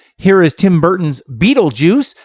here is tim burton's beetlejuice!